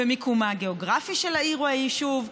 במיקומה הגיאוגרפי של העיר או היישוב,